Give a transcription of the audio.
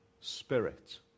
spirit